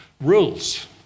Rules